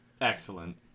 Excellent